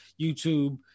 YouTube